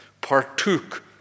partook